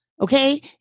Okay